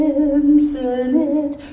infinite